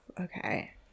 Okay